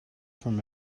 from